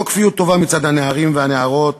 לא כפיות טובה מצד הנערים והנערות